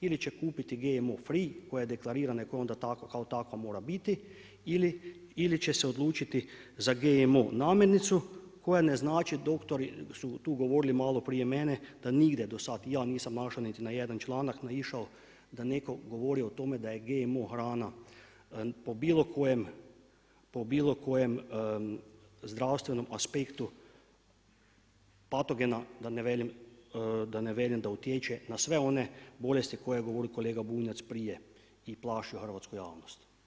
Ili će kupiti GMO free koja je deklarirana i koja onda kao takva mora biti ili će se odlučiti za GMO namirnicu koja ne znači, doktori su tu govorili malo prije mene da nigdje do sad ja nisam naišao na niti jedan članak naišao da netko govori o tome da je GMO hrana po bilo kojem zdravstvenom aspektu patogena, da ne velim da utječe na sve one bolesti koje je govoril kolega Bunjac prije i plašio hrvatsku javnost.